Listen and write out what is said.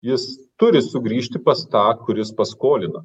jis turi sugrįžti pas tą kuris paskolina